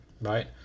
Right